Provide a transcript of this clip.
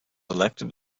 elected